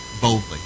boldly